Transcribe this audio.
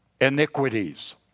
iniquities